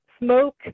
smoke